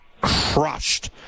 crushed